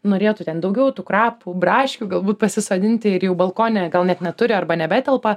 norėtų ten daugiau tų krapų braškių galbūt pasisodinti ir jų balkone gal net neturi arba nebetelpa